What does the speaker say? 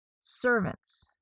servants